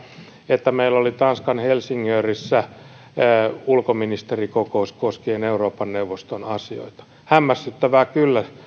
että tanskan helsingörissä missä meillä oli ulkoministerikokous koskien euroopan neuvoston asioita hämmästyttävää kyllä